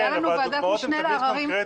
הייתה לנו ועדת משנה לעררים.